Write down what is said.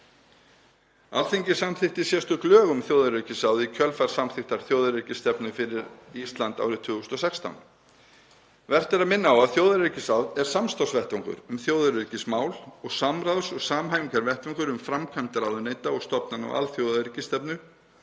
Alþingi samþykkti sérstök lög um þjóðaröryggisráð í kjölfar samþykktar þjóðaröryggisstefnu fyrir Ísland árið 2016. Vert er að minna á að þjóðaröryggisráð er samstarfsvettvangur um þjóðaröryggismál og samráðs- og samhæfingarvettvangur um framkvæmd ráðuneyta og stofnana um þjóðaröryggisstefnu